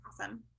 Awesome